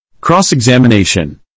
Cross-examination